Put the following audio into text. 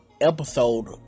episode